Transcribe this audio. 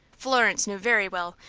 florence knew very well,